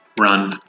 Run